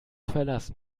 verlassen